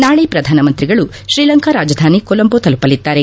ನಾಳೆ ಪ್ರಧಾನ ಮಂತ್ರಿಗಳು ಶ್ರೀಲಂಕಾ ರಾಜಧಾನಿ ಕೊಲಂಬೊ ತಲುಪಲಿದ್ದಾರೆ